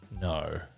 no